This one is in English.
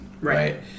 Right